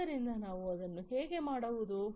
ಆದ್ದರಿಂದ ನಾವು ಅದನ್ನು ಹೇಗೆ ಮಾಡುವುದು